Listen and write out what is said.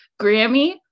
Grammy